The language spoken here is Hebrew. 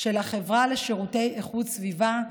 של החברה לשירותי איכות סביבה,